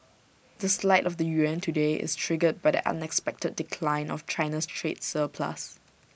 the slide of the yuan today is triggered by the unexpected decline in China's trade surplus